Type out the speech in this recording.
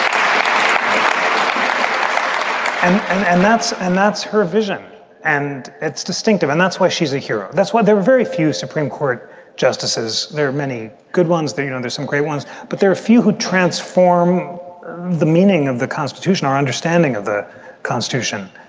um and that's and that's her vision and it's distinctive and that's why she's a hero. that's why there are very few supreme court justices. there are many good ones that, you know, there's some great ones, but there are few who transform the meaning of the constitution, our understanding of the constitution.